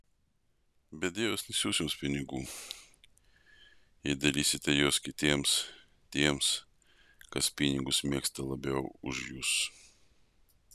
bet dievas nesiųs jums pinigų jei dalysite juos kitiems tiems kas pinigus mėgsta labiau už jus